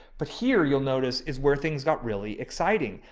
but here you'll notice is where things got really exciting.